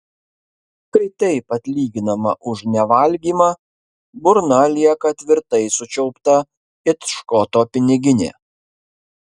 kai taip atlyginama už nevalgymą burna lieka tvirtai sučiaupta it škoto piniginė